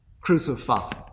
crucified